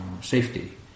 safety